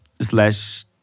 slash